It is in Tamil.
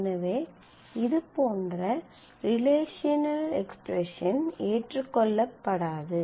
எனவே இதுபோன்ற ரிலேஷனல் எக்ஸ்பிரஸன் ஏற்றுக்கொள்ளப்படாது